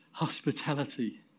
hospitality